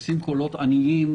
עושים קולות עניים.